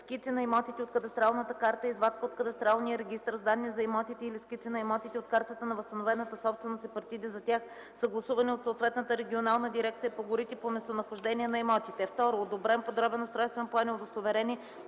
скици на имотите от кадастралната карта и извадка от кадастралния регистър с данни за имотите или скици на имотите от картата на възстановената собственост и партиди за тях, съгласувани от съответната регионална дирекция по горите по местонахождение на имотите; 2. одобрен подробен устройствен план и удостоверение,